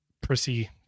prissy